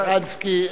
שרנסקי,